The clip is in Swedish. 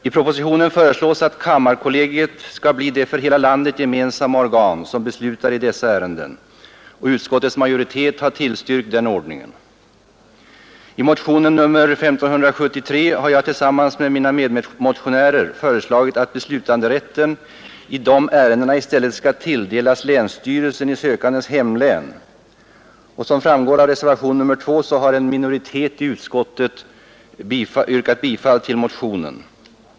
I propositionen föreslås att kammarkollegiet skall bli det för hela landet gemensamma organ som beslutar i dessa ärenden, och utskottets majoritet har tillstyrkt den ordningen. I motionen 1573 har jag tillsammans med mina medmotionärer föreslagit att beslutanderätten i dessa ärenden i stället skall tilldelas länsstyrelsen i sökandens hemlän. Som framgår av reservationen 2 har en minoritet i utskottet yrkat bifall till motionen.